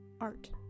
art